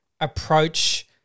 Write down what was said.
approach